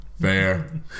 Fair